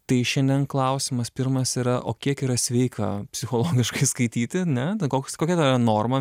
tai šiandien klausimas pirmas yra o kiek yra sveika psichologiškai skaityti ne koks kokia ta norma